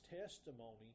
testimony